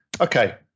Okay